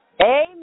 Amen